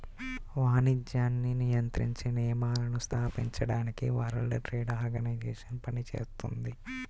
వాణిజ్యాన్ని నియంత్రించే నియమాలను స్థాపించడానికి వరల్డ్ ట్రేడ్ ఆర్గనైజేషన్ పనిచేత్తుంది